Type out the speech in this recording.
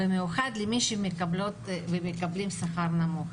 במיוחד למי שמקבלים שכר נמוך.